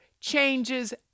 changes